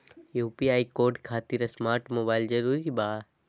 UPI code खातिर smart mobile जरूरी बा?